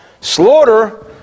slaughter